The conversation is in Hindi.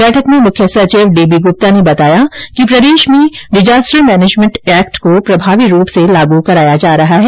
बैठक में मुख्य सचिव डीबी गुप्ता ने बताया कि प्रदेश में डिजास्टर मैनेजमेंट एक्ट को प्रभावी रूप से लागू कराया जा रहा है